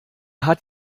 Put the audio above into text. hat